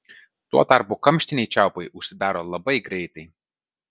tuo tarpu kamštiniai čiaupai užsidaro labai greitai